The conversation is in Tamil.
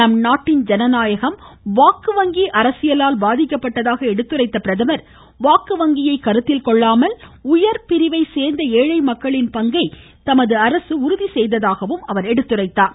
நம் நாட்டின் ஜனநாயகம் வாக்கு வங்கி அரசியலால் பாதிக்கப்பட்டதாக எடுத்துரைத்த அவர் வாக்கு வங்கியை கருத்தில் கொள்ளாமல் உயர் பிரிவை சோ்ந்த ஏழை மக்களின் பங்கை தமது அரசு உறுதி செய்ததாகவும் அவர் எடுத்துரைத்தார்